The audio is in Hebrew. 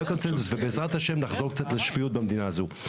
ובעזרת השם נחזור קצת לשפיות במדינה הזו.